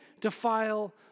defile